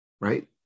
Right